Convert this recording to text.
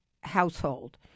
household